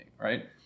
right